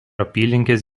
apylinkės